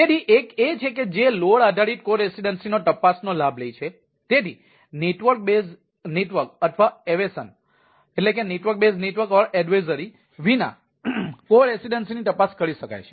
તેથી એક એ છે કે જે લોડ આધારિત કો રેસીડેન્સી વિના કો રેસીડેન્સી ની તપાસ કરી શકાય છે